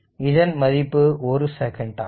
இதன் மதிப்பு 1 செகண்ட் ஆகும்